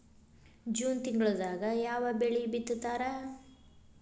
June ತಿಂಗಳದಾಗ ಯಾವ ಬೆಳಿ ಬಿತ್ತತಾರ?